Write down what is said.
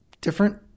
different